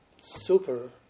super